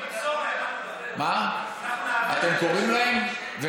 נמסור להם, מה?